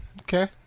okay